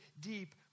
deep